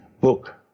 book